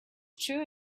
true